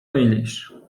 mylisz